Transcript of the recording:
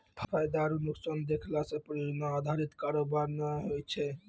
फायदा आरु नुकसान देखला से परियोजना अधारित कारोबार नै होय छै